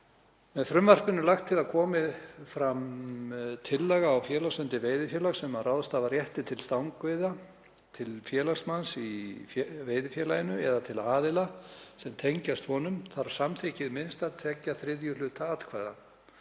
Með frumvarpinu er lagt til að komi fram tillaga á félagsfundi veiðifélags sem ráðstafar rétti til stangveiða til félagsmanns í veiðifélaginu eða til aðila sem tengjast honum þarf samþykki hið minnsta tveggja þriðju hluta atkvæða.